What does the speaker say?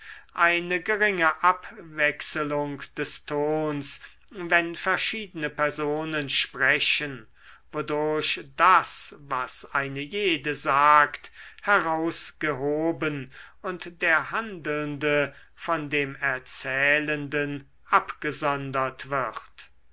eine geringe abwechselung des tons wenn verschiedene personen sprechen wodurch das was eine jede sagt herausgehoben und der handelnde von dem erzählenden abgesondert wird